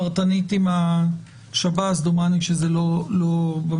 התדיינות פרטנית עם השב"ס, דומני שזה לא במקום.